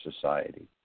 society